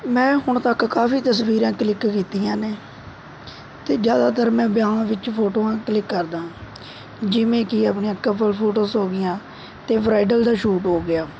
ਮੈਂ ਹੁਣ ਤੱਕ ਕਾਫ਼ੀ ਤਸਵੀਰਾਂ ਕਲਿੱਕ ਕੀਤੀਆਂ ਨੇ ਅਤੇ ਜ਼ਿਆਦਾਤਰ ਮੈਂ ਵਿਆਹਾਂ ਵਿੱਚ ਫੋਟੋਆਂ ਕਲਿੱਕ ਕਰਦਾ ਹਾਂ ਜਿਵੇਂ ਕਿ ਆਪਣੀਆਂ ਕਪਲ ਫੋਟੋਜ਼ ਹੋ ਗਈਆਂ ਅਤੇ ਬ੍ਰਾਈਡਲ ਦਾ ਸ਼ੂਟ ਹੋ ਗਿਆ